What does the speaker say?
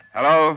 Hello